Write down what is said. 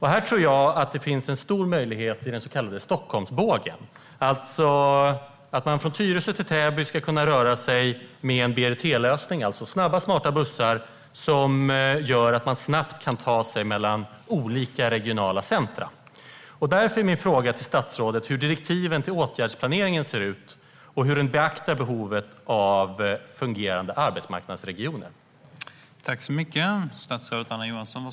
Här tror jag att det finns en stor möjlighet i den så kallade Stockholmsbågen, det vill säga att man från Tyresö till Täby ska kunna röra sig med en BRT-lösning, alltså snabba, smarta bussar som gör att man snabbt kan ta sig mellan olika regionala centrum. Därför är min fråga till statsrådet hur direktiven till åtgärdsplaneringen ser ut och hur den beaktar behovet av fungerande arbetsmarknadsregioner.